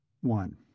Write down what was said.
One